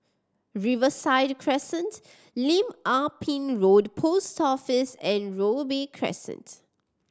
Riverside Crescent Lim Ah Pin Road Post Office and Robey Crescent